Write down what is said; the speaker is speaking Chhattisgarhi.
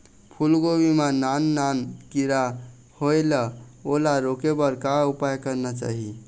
फूलगोभी मां नान नान किरा होयेल ओला रोके बर का उपाय करना चाही?